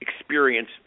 experience